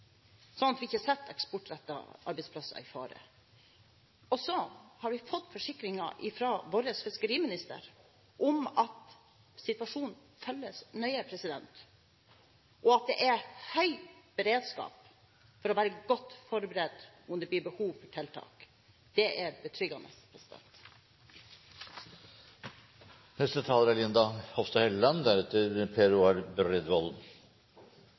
setter eksportrettede arbeidsplasser i fare. Så har vi fått forsikringer fra vår fiskeriminister om at situasjonen følges nøye, og at det er høy beredskap, for å være godt forberedt om det blir behov for tiltak. Det er betryggende. Det er såkorntørke i Norge, og det er